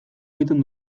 egiten